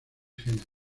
jena